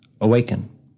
awaken